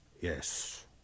Yes